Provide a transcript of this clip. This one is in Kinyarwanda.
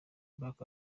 back